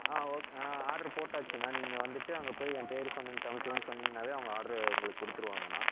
ஆ okay அண்ணா order போட்டாச்சுங்கண்ணா நீங்கள் வந்துட்டு அங்கே போய் எம்பேரு சொன்னீங்க தமிழ்ச்செல்வன்னு சொன்னீங்கன்னாவே அவங்க ஆடர் உங்களுக்கு கொடுத்துருவாங்கண்ணா